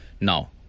Now